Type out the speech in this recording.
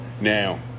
now